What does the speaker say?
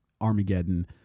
Armageddon